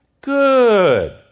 Good